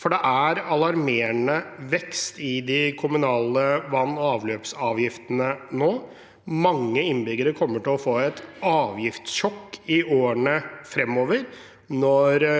for det er alarmerende vekst i de kommunale vann- og avløpsavgiftene nå. Mange innbyggere kommer til å få et avgiftssjokk i årene fremover,